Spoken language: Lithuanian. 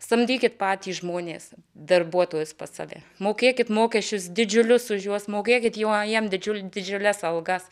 samdykit patys žmonės darbuotojus pas save mokėkit mokesčius didžiulius už juos mokėkit juo jam didžiulį didžiules algas